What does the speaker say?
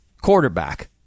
quarterback